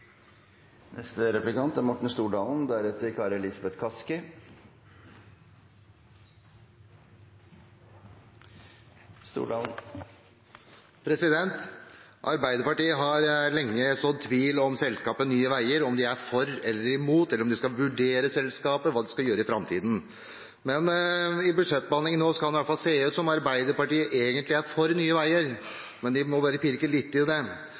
neste år. Arbeiderpartiet har lenge sådd tvil om selskapet Nye Veier, om de er for eller imot, om de skal vurdere selskapet, og hva de skal gjøre i framtiden. I budsjettbehandlingen kan det i hvert fall se ut som om Arbeiderpartiet egentlig er for Nye Veier, men bare må pirke litt i det.